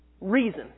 reason